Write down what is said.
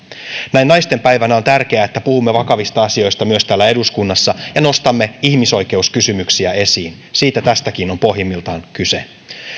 näin naistenpäivänä on tärkeää että puhumme vakavista asioista myös täällä eduskunnassa ja nostamme ihmisoikeuskysymyksiä esiin siitä tässäkin on pohjimmiltaan kyse